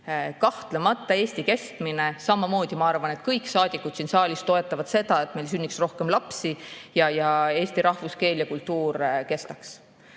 Kahtlemata, ma arvan, et kõik saadikud siin saalis toetavad seda, et meil sünniks rohkem lapsi ning eesti rahvuskeel ja kultuur kestaks.